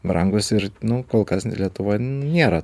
brangūs ir nu kol kas lietuvoj nėra